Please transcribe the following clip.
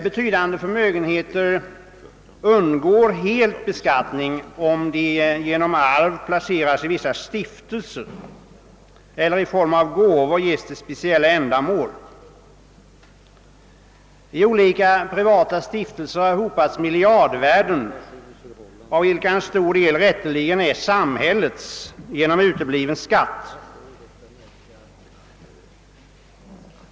Betydande förmögenheter undgår helt beskattning, om de genom arvsförordnande placeras i vissa stiftelser eller i form av gåvor ges till speciella ändamål. I olika privata stiftelser har hopats miljardvärden, av vilka en stor del rätteligen är samhällets genom utebliven skatt.